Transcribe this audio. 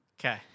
Okay